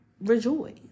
rejoice